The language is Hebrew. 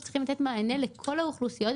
וצריך לתת מענה לכל האוכלוסיות,